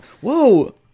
Whoa